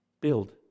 Build